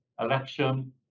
election